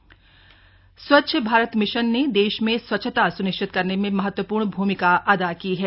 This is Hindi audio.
स्वच्छ भारत मिशन स्वच्छ भारत मिशन ने देश में स्वच्छता सुनिश्चित करने में महत्वपूर्ण भूमिका अदा की है